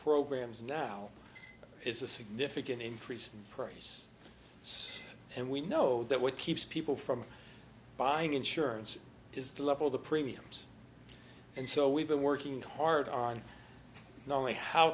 programs now it's a significant increase in price and we know that what keeps people from buying insurance is the level of the premiums and so we've been working hard on no